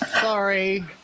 Sorry